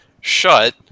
shut